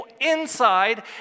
inside